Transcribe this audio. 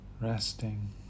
Resting